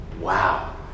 wow